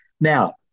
Now